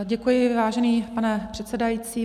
Děkuji, vážený pane přesedající.